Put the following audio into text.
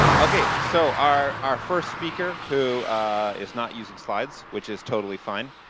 um okay. so our our first speaker who is not using slides which is totally fine,